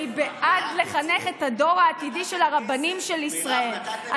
אני בעד לחנך את הדור העתידי של הרבנים של ישראל.